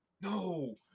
No